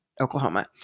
Oklahoma